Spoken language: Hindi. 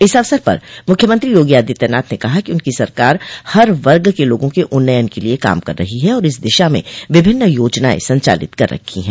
इस अवसर पर मुख्यमंत्री योगी आदित्यनाथ ने कहा कि उनकी सरकार हर वर्ग के लोगों के उन्नयन के लिये काम कर रही है और इस दिशा में विभिन्न योजनाएं संचालित कर रखी है